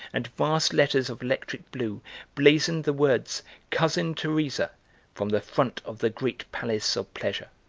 and vast letters of electric blue blazoned the words cousin teresa from the front of the great palace of pleasure.